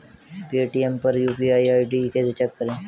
Paytm पर UPI ID कैसे check करें?